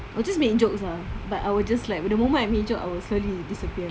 I will just make jokes ah but I will just like the moment I make jokes I slowly disappear